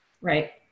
right